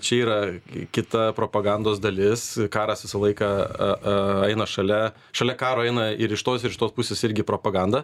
čia yra kita propagandos dalis karas visą laiką a aa eina šalia šalia karo eina ir iš tos iš tos pusės irgi propaganda